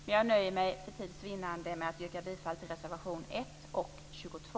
För tids vinnande nöjer jag mig med att yrka bifall till reservationerna 1 och 22.